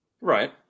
Right